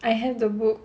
I have the book